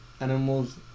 animals